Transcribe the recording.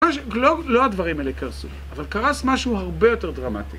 לא הדברים האלה קרסו, אבל קרס משהו הרבה יותר דרמטי.